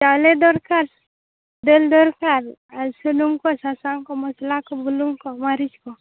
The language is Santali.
ᱪᱟᱣᱞᱮ ᱫᱚᱨᱠᱟᱨ ᱫᱟᱹᱞ ᱫᱚᱨᱠᱟᱨ ᱟᱨ ᱥᱩᱱᱩᱢ ᱠᱚ ᱥᱟᱥᱟᱝ ᱠᱚ ᱢᱚᱥᱞᱟ ᱠᱚ ᱵᱩᱞᱩᱝ ᱠᱚ ᱢᱟᱹᱨᱤᱡ ᱠᱚ